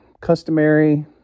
customary